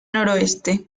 noroeste